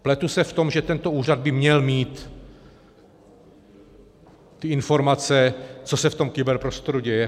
Pletu se v tom, že tento úřad by měl mít informace, co se v tom kyberprostoru děje?